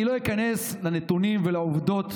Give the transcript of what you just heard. אני לא איכנס לנתונים ולעובדות